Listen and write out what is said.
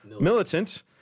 militant